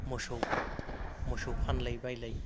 मोसौ मोसौ फानलाय बायलाय